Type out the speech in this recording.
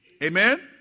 Amen